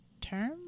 term